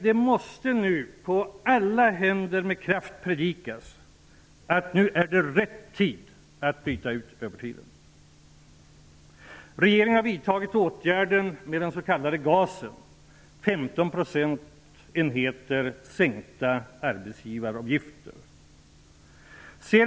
Man måste på alla håll och kanter med kraft predika att det nu är rätt tid att byta ut övertiden. Regeringen har vidtagit en åtgärd i och med det som vi kallar GAS, som innebär en säkning av arbetsgivaravgifterna med 15 procentenheter.